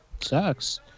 Sucks